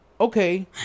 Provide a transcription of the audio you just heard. okay